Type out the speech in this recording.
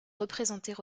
représenter